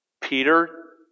Peter